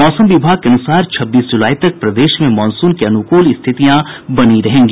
मौसम विभाग के अनुसार छब्बीस जुलाई तक प्रदेश में मॉनसून के अनुकूल स्थितियां बनी रहेंगी